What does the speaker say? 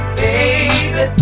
baby